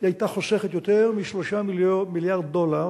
היא היתה חוסכת יותר מ-3 מיליארד דולר,